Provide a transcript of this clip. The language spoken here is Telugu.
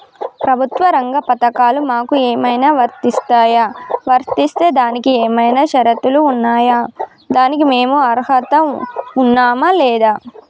ప్రభుత్వ రంగ పథకాలు మాకు ఏమైనా వర్తిస్తాయా? వర్తిస్తే దానికి ఏమైనా షరతులు ఉన్నాయా? దానికి మేము అర్హత ఉన్నామా లేదా?